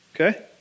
okay